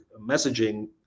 messaging